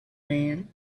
man